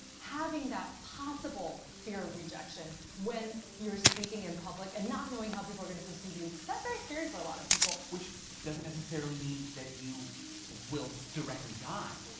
having that possible fear of rejection when you're speaking in public and not knowing how people are gonna perceive you, that's very scary for a lot of people. which doesn't necessarily mean that you will directly die.